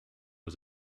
was